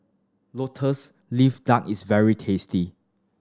Lotus Leaf Duck is very tasty